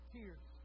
Tears